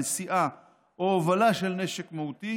נשיאה או הובלה של נשק מהותי